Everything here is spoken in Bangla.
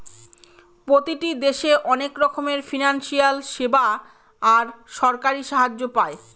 প্রতিটি দেশে অনেক রকমের ফিনান্সিয়াল সেবা আর সরকারি সাহায্য পায়